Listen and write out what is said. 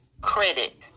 credit